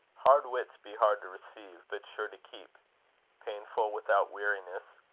hard wits be hard to receive, but sure to keep painful without weariness,